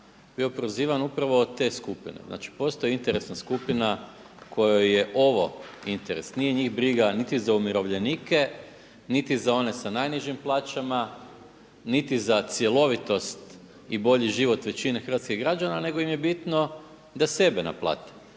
bio prozivan upravo od te skupine, znači postoji interesna skupina kojoj je ovo interes. Nije njih briga niti za umirovljenike niti za one sa najnižim plaćama, niti za cjelovitost i bolji život većine hrvatskih građana nego im je bitno da sebe naplate.